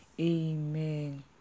amen